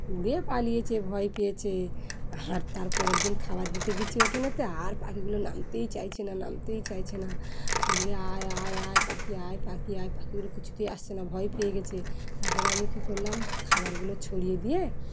উড়ে পালিয়েছে ভয় পেয়েছে আর তার পরের দিন খাবার দিতে গিয়েছি ওঠানতে আর পাখিগুলো নামতেই চাইছে না নামতেই চাইছে না আমি বলি আয় আয় আয় পাখি আয় পাখি আয় পাখিগুলো কিছুতেই আসছে না ভয় পেয়ে গেছে তারপরে আমি কী করলাম খাবারগুলো ছড়িয়ে দিয়ে